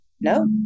no